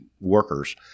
workers